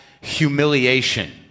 Humiliation